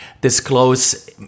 disclose